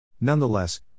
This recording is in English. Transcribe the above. Nonetheless